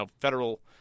Federal